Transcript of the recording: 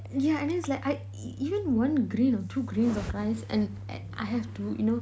yeah and it's like I e~ even one grain or two grains of rice and and I have to you know